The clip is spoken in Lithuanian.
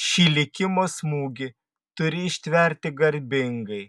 šį likimo smūgį turi ištverti garbingai